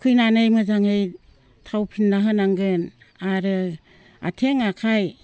थुखैनानै मोजाङै थाव फुनना होनांगोन आरो आथिं आखाइ